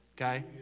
okay